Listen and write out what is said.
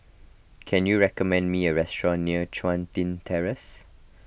can you recommend me a restaurant near Chun Tin Terrace